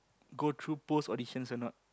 go through post audition or not